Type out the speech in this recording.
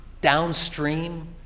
downstream